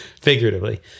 figuratively